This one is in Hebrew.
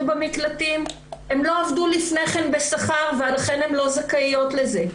במקלטים לא עבדו לפני כן בשכר ולכן הן לא זכאיות לזה.